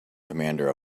commander